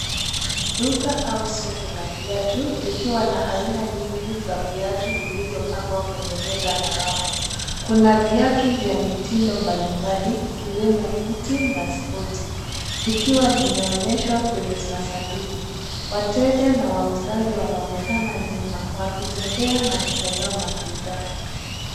Duka au soko la viatu likiwa na aina nyingi za viatu vilivyopangwa kwenye meza na rafu. Kuna viatu vya mitindo mbalimbali ikiwemo buti na spoti vikiwa vimeonyeshwa kwenye masanduku. Wateja na wauzaji wanaonekana nyuma wakitembea na kutazama bidhaa.